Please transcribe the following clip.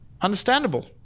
understandable